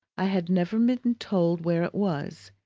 i had never been told where it was.